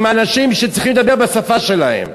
עם אנשים שצריכים לדבר בשפה שלהם.